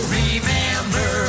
remember